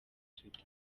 twitter